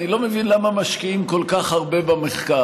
אני לא מבין למה משקיעים כל כך הרבה במחקר,